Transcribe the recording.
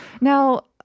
Now